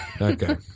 Okay